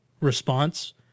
response